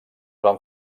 van